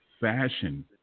fashion